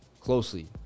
closely